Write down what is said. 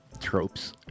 tropes